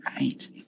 Right